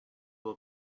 will